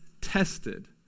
tested